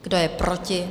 Kdo je proti?